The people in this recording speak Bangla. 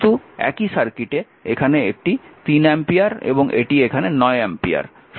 কিন্তু একই সার্কিটে এটি এখানে 3 অ্যাম্পিয়ার এবং এটি এখানে 9 অ্যাম্পিয়ার